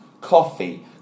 Coffee